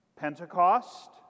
Pentecost